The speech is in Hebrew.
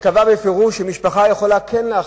קבע במפורש שמשפחה יכולה להחליט,